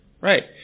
right